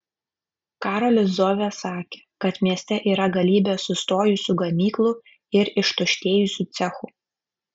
karolis zovė sakė kad mieste yra galybė sustojusių gamyklų ir ištuštėjusių cechų